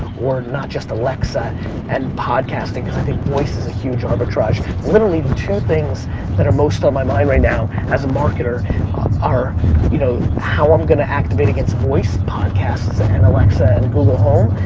not just alexa and podcasting cause i think voice is a huge arbitrage. literally the two things that are most on my mind right now as a marketer are you know how i'm gonna activate against voice, podcasts and alexa and google home,